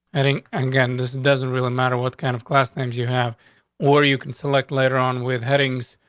heading again. this doesn't really matter what kind of class names you have or you can select later on with headings.